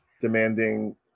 demanding